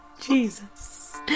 Jesus